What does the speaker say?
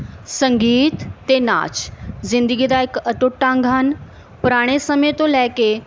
ਸੰਗੀਤ ਅਤੇ ਨਾਚ ਜ਼ਿੰਦਗੀ ਦਾ ਇੱਕ ਅਟੁੱਟ ਅੰਗ ਹਨ ਪੁਰਾਣੇ ਸਮੇਂ ਤੋਂ ਲੈ ਕੇ